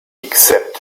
except